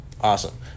Awesome